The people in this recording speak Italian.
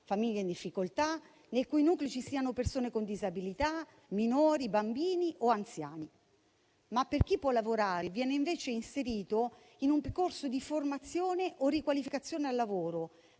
famiglie in difficoltà, nel cui nucleo ci siano persone con disabilità, minori, bambini o anziani. Chi può lavorare viene invece inserito in un percorso di formazione o riqualificazione al lavoro,